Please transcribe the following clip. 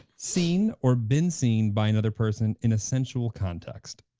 seen or been seen by another person in essential context.